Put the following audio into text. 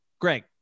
Greg